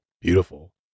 beautiful